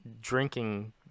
drinking